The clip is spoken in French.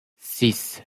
six